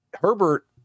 Herbert